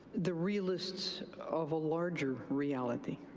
the realists of a larger reality.